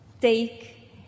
take